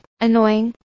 annoying